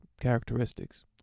characteristics